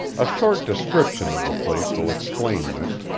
a short description of the place will explain this.